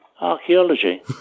archaeology